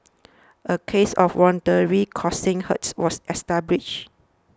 a case of voluntarily causing hurts was established